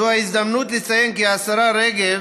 זו ההזדמנות לציין כי השרה רגב